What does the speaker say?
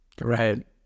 Right